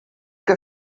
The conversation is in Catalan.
que